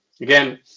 again